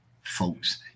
folks